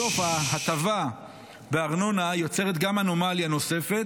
בסוף, ההטבה בארנונה יוצרת גם אנומליה נוספת,